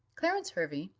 clarence hervey,